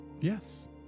Yes